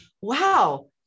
Wow